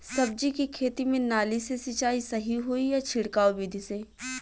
सब्जी के खेती में नाली से सिचाई सही होई या छिड़काव बिधि से?